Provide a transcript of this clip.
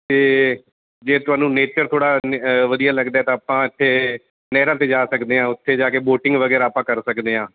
ਅਤੇ ਜੇ ਤੁਹਾਨੂੰ ਨੇਚਰ ਥੋੜ੍ਹਾ ਵਧੀਆ ਲੱਗਦਾ ਤਾਂ ਆਪਾਂ ਇੱਥੇ ਨਹਿਰਾਂ 'ਤੇ ਜਾ ਸਕਦੇ ਹਾਂ ਉੱਥੇ ਜਾ ਕੇ ਵੋਟਿੰਗ ਵਗੈਰਾ ਆਪਾਂ ਕਰ ਸਕਦੇ ਹਾਂ